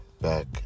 back